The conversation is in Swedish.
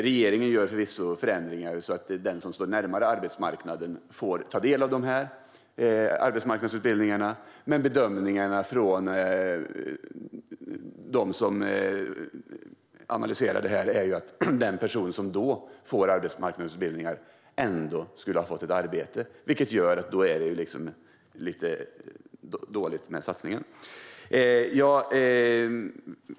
Regeringen gör förvisso förändringar så att den som står närmare arbetsmarknaden får ta del av dessa arbetsmarknadsutbildningar, men bedömningarna från dem som analyserat detta är att den som då får arbetsmarknadsutbildning ändå skulle ha fått ett arbete. Det gör det till en dålig satsning.